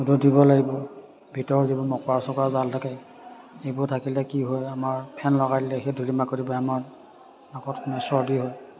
ৰ'দত দিব লাগিব ভিতৰৰ যিবোৰ মকৰা চকৰা জাল থাকে এইবোৰ থাকিলে কি হয় আমাৰ ফেন লগাই দিলে সেই ধূলি মাকতিবোৰ আমাৰ আকৌ চৰ্দি হয়